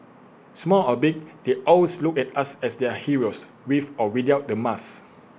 small or big they always look at us as their heroes with or without the mask